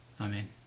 Amen